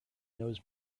knows